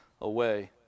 away